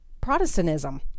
protestantism